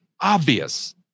obvious